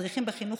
מדריכים בחינוך